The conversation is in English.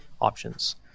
options